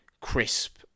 crisp